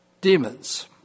demons